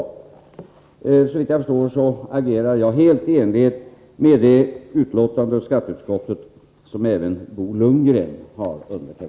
Såvitt jag förstår agerar jag helt i enlighet med det utlåtande av skatteutskottet som även Bo Lundgren har undertecknat.